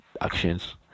actions